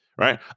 right